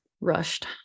rushed